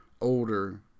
older